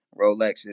Rolexes